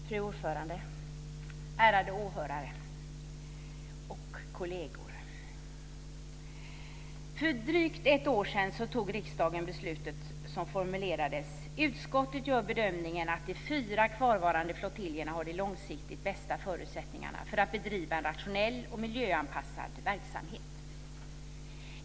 Fru talman, ärade åhörare och kolleger! För drygt ett år sedan fattade riksdagen ett beslut som formulerades enligt följande: Utskottet gör bedömningen att de fyra kvarvarande flottiljerna har de långsiktigt bästa förutsättningarna för att bedriva en rationell och miljöanpassad verksamhet.